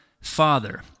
Father